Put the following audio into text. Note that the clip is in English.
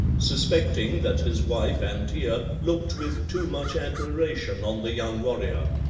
suspecting that his wife antea looked with too much admiration on the young warrior.